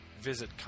visit